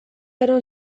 aroan